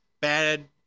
bad